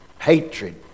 Hatred